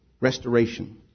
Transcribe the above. Restoration